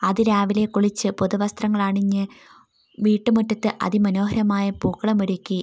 അതിരാവിലെ കുളിച്ച് പുതുവസ്ത്രങ്ങളണിഞ്ഞ് വീട്ടുമുറ്റത്ത് അതിമനോഹരമായ പൂക്കളമൊരുക്കി